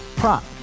Prop